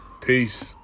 Peace